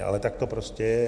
Ale tak to prostě je.